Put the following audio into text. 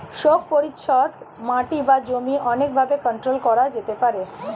শোক পরিচ্ছদ মাটি বা জমি অনেক ভাবে কন্ট্রোল করা যেতে পারে